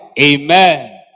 Amen